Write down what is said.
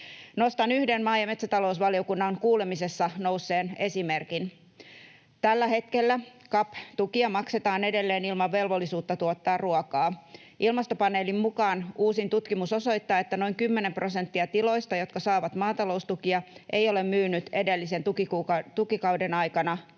Nostan yhden maa- ja metsätalousvaliokunnan kuulemisessa nousseen esimerkin. Tällä hetkellä CAP-tukia maksetaan edelleen ilman velvollisuutta tuottaa ruokaa. Ilmastopaneelin mukaan uusin tutkimus osoittaa, että noin kymmenen prosenttia tiloista, jotka saavat maataloustukia, ei ole myynyt edellisen tukikauden aikana ainuttakaan